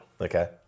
Okay